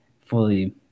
fully